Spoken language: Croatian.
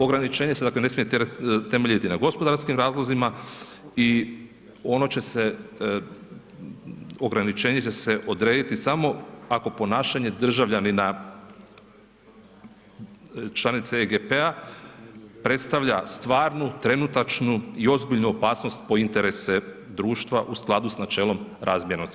Ograničenje se, dakle, ne smije temeljiti na gospodarskim razlozima i ono će se, ograničenje će se odrediti samo ako ponašanje državljanina članice EGP-a predstavlja stvarnu, trenutačnu i ozbiljnu opasnost po interese društva u skladu s načelom razmjernosti.